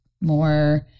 more